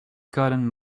gotten